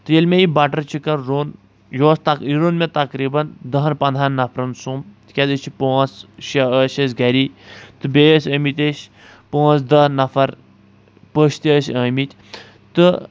تہٕ ییٚلہِ مےٚ یہِ بٹر چِکن روٚن یہِ اوس تک یہِ روٚن مےٚ تقریٖبن دَہن پنٛداہن نفرن سُمبھ تِکیٛاز أسۍ چھِ پٲنٛژ شےٚ آس أسۍ گٔرِی تہٕ بیٚیہِ ٲسۍ آمٕتۍ اَسہِ پٲنٛژ دَہ نفر پٔژھۍ تہِ ٲسۍ آمٕتۍ تہٕ